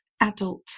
adult